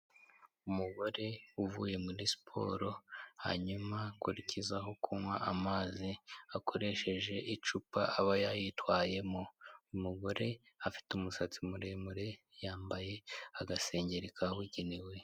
Umugorere uvuye muri siporo, hanyuma akurikizaho kunywa amazi, akoresheje icupa aba yayitwayemo. Umugore afite umusatsi muremure, yambaye agasengeri kabugenewe.